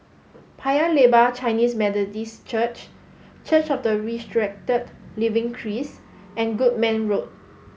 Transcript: Paya Lebar Chinese Methodist Church Church of the Resurrected Living Christ and Goodman Road